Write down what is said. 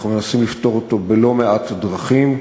אנחנו מנסים לפתור אותו בלא-מעט דרכים,